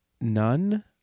none